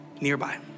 nearby